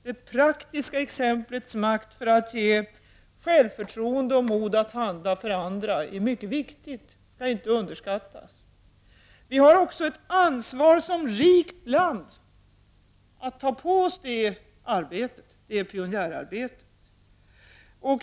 Det praktiska exemplets makt, för att ge andra självförtroende och mod att handla, är mycket viktig och skall inte underskattas. Vi har också ett ansvar som rikt land att ta på oss detta pionjärarbete.